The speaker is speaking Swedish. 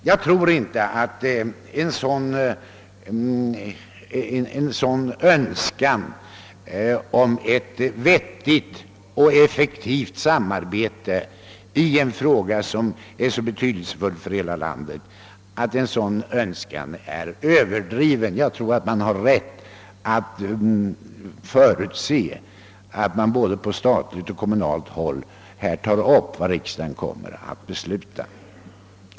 Jag tror inte att en sådan önskan om ett vettigt och effektivt samarbete i en fråga som är så betydelsefull för hela landet är överdriven. Man har nog rätt att förutsätta att man både på statligt och kommunalt håll tar på allvar vad riksdagen kommer att besluta.